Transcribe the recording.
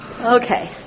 okay